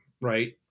Right